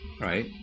Right